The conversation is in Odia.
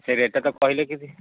ସେ ରେଟ୍ଟା ତ କହିଲେ କିଛି